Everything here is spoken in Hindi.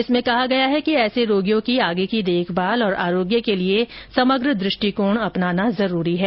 इसमें कहा गया है कि ऐसे रोगियों की आगे की देखमाल और आरोग्य के लिए समग्र दृष्टिकोण अपनाना जरूरी है